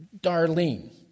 Darlene